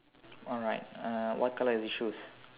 alright uh what colour is the shoes